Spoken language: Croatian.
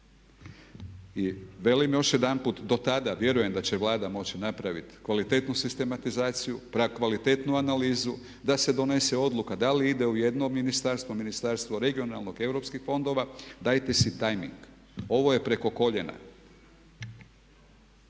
I velim još jedanput do tada vjerujem da će Vlada moći napraviti kvalitetnu sistematizaciju, kvalitetnu analizu da se donese odluka da li ide u jedno ministarstvo, Ministarstvu regionalnog razvoja i europskih fondova, dajte si tajming, ovo je preko koljena.